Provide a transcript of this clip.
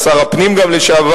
גם שר הפנים לשעבר,